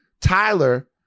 Tyler